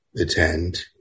attend